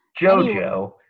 JoJo